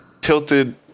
tilted